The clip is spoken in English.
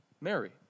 Mary